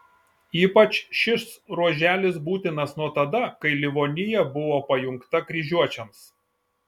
ypač šis ruoželis būtinas nuo tada kai livonija buvo pajungta kryžiuočiams